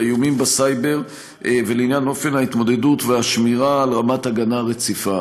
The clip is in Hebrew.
לאיומים בסייבר ולעניין אופן ההתמודדות והשמירה על רמת הגנה רציפה.